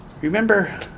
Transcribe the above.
Remember